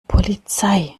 polizei